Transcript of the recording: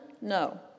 No